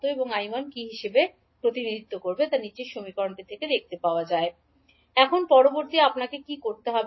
I1 আপনি কেবল হিসাবে প্রতিনিধিত্ব করতে পারেন এখন পরবর্তী আপনি কি করতে হবে